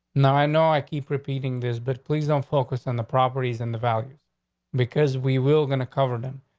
now, i know i keep repeating this, but please don't focus on the properties and the values because we will going to cover them.